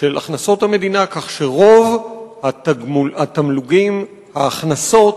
של הכנסות המדינה, כך שרוב התמלוגים, ההכנסות,